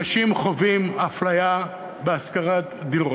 אנשים חווים אפליה בהשכרת דירות